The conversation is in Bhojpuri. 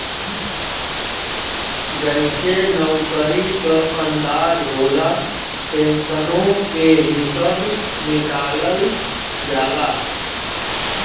जइसे नउकरी क अंदाज होला, पेन्सनो के हिसब निकालल जाला